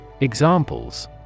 examples